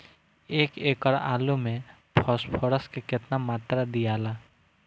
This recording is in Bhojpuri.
एक एकड़ आलू मे फास्फोरस के केतना मात्रा दियाला?